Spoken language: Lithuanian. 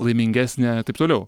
laimingesnė taip toliau